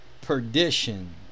perdition